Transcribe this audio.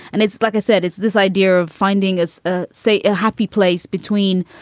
and it's like i said, it's this idea of finding as, ah say, a happy place between,